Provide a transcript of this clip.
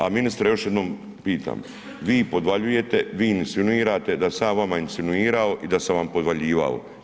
A ministre još jednom pitam, vi podvaljujete, vi insinuirate da sam ja vama insinuirao i da sam vam podvaljivao.